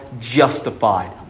justified